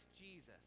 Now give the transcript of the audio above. Jesus